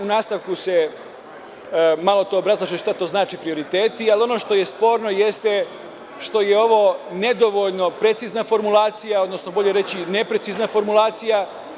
U nastavku se malo to obrazlaže, šta to znače prioriteti, ali ono što je sporno jeste što je ovo nedovoljno precizna formulacija, odnosno bolje reći neprecizna formulacija.